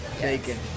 Bacon